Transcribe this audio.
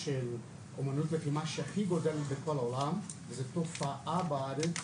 של אומנות לחימה שגדל הכי הרבה בעולם וזו גם תופעה בארץ.